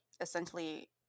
essentially